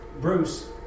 Bruce